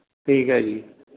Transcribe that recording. ਠੀਕ ਹੈ ਜੀ